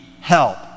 help